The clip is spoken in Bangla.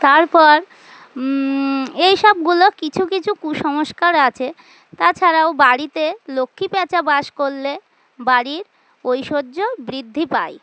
তারপর এইসবগুলো কিছু কিছু কুসংস্কার আছে তাছাড়াও বাড়িতে লক্ষ্মী প্যাঁচা বাস করলে বাড়ির ঐশ্বর্য বৃদ্ধি পায়